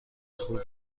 خوب